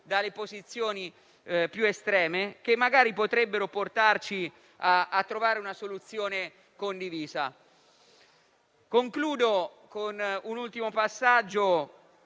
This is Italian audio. dalle posizioni più estreme, che magari potrebbe portarci a trovare una soluzione condivisa. Concludo con un ultimo passaggio.